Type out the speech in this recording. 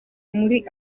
muri